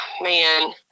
man